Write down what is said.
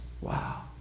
Wow